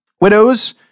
Widows